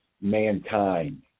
mankind